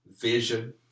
vision